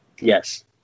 Yes